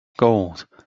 gold